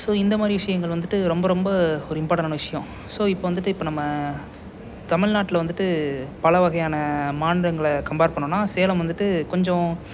so இந்த மாதிரி விஷயங்கள் வந்துட்டு ரொம்ப ரொம்ப ஒரு இம்பார்ட்டனான விஷயம் ஸோ இப்போ வந்துட்டு இப்போ நம்ம தமிழ்நாட்டில் வந்துட்டு பல வகையான மாநிலங்களை கம்பேர் பண்ணிணோம்ன்னா சேலம் வந்துட்டு கொஞ்சம்